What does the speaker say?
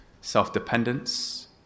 self-dependence